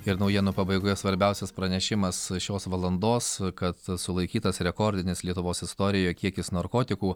ir naujienų pabaigoje svarbiausias pranešimas šios valandos kad sulaikytas rekordinis lietuvos istorijoje kiekis narkotikų